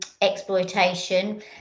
exploitation